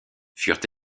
furent